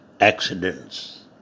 accidents